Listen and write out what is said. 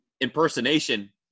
impersonation